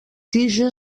tija